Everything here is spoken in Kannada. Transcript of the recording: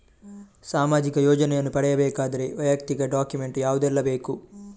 ಸಾಮಾಜಿಕ ಯೋಜನೆಯನ್ನು ಪಡೆಯಬೇಕಾದರೆ ವೈಯಕ್ತಿಕ ಡಾಕ್ಯುಮೆಂಟ್ ಯಾವುದೆಲ್ಲ ಬೇಕು?